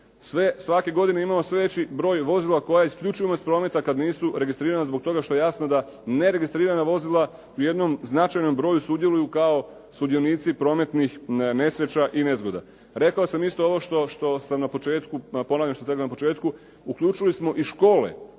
Svake godine imamo sve veći broj vozila koja isključujemo iz prometa kad nisu registrirana zbog toga što je jasno da neregistrirana vozila u jednom značajnom broju sudjeluju kao sudionici prometnih nesreća i nezgoda. Rekao sam isto ovo što sam na početku, a ponavljam što sam i na početku, uključili smo i škole